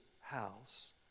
house